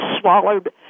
swallowed